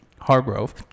Hargrove